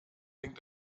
hängt